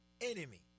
enemy